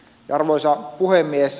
arvoisa puhemies